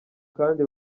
kandi